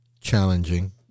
challenging